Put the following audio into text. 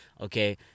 Okay